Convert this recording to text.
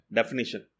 Definition